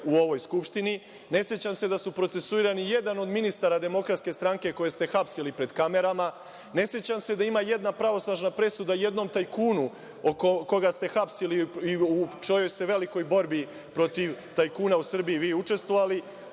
u ovoj Skupštini. Ne sećam se da su procesuirani i jedan od ministara DS, koje ste hapsili pred kamerama, ne sećam se da ima jedna pravosnažna presuda jednom tajkunu, koga ste hapsili i u velikoj borbi protiv tajkuna u Srbiji vi učestvovali.